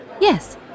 Yes